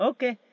Okay